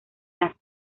las